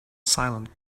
silent